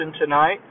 tonight